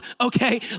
okay